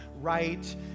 right